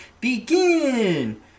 begin